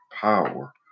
power